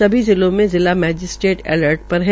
सभी जिलों मे जिला मैजिस्ट्रेट अर्लट पर है